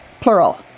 plural